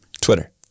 Twitter